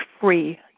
free